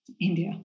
India